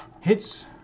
Hits